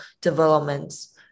developments